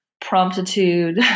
promptitude